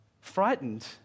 frightened